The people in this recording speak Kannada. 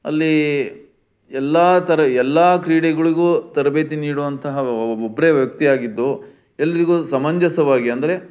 ಅಲ್ಲಿ ಎಲ್ಲ ಥರ ಎಲ್ಲ ಕ್ರೀಡೆಗಳ್ಗೂ ತರಬೇತಿ ನೀಡುವಂತಹ ಒಬ್ಬರೇ ವ್ಯಕಿಯಾಗಿದ್ದು ಎಲ್ಲರಿಗೂ ಸಮಂಜಸವಾಗಿ ಅಂದರೆ